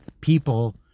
people